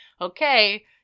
okay